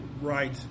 Right